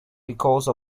because